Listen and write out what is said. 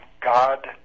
God